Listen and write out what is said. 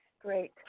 great